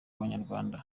banyarwanda